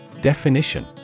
Definition